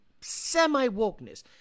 semi-wokeness